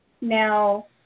Now